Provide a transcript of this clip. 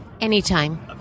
Anytime